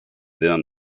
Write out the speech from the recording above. then